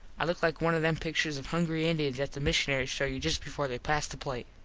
i looked like one of them picturs of hungry indiens that the mishunaries show you just before they pass the plate.